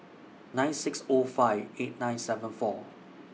nine six O five eight nine seven four